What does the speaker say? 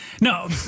No